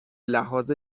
لحاظ